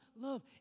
love